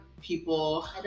people